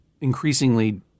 increasingly